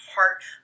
heart